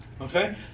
Okay